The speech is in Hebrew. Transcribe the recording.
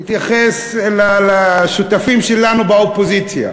הוא התייחס לשותפים שלנו באופוזיציה,